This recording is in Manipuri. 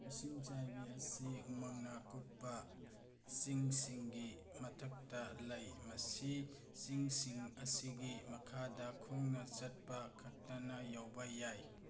ꯏꯁꯤꯡ ꯆꯥꯏꯕꯤ ꯑꯁꯤ ꯎꯃꯪꯅ ꯀꯨꯞꯄ ꯆꯤꯡꯁꯤꯡꯒꯤ ꯃꯊꯛꯇ ꯂꯩ ꯃꯁꯤ ꯆꯤꯡꯁꯤꯡ ꯑꯁꯤꯒꯤ ꯃꯈꯥꯗ ꯈꯣꯡꯅ ꯆꯠꯄ ꯈꯛꯇꯅ ꯌꯧꯕ ꯌꯥꯏ